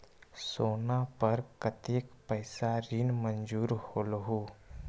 सोना पर कतेक पैसा ऋण मंजूर होलहु?